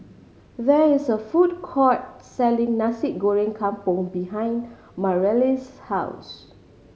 there is a food court selling Nasi Goreng Kampung behind Mareli's house